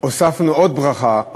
הוספנו עוד ברכה,